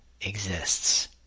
exists